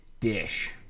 dish